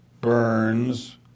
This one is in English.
Burns